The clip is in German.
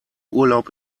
urlaub